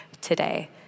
today